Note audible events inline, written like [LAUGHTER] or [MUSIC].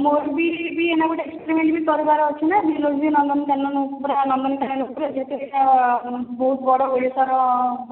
ମୋର ବି ଗୋଟେ ଏଇନା ଗୋଟେ ହିଷ୍ଟରୀ କରିବାର ଅଛି ନା ଜୁଲୋଜି ନନ୍ଦନକାନନ୍ ଜୁଲୋଜିକାଲ୍ ପାର୍କ କେମିତି ବୋଇଲେ ବହୁତ [UNINTELLIGIBLE] ବଡ଼ ଓଡ଼ିଶାର